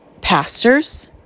pastors